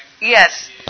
yes